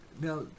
now